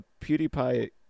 PewDiePie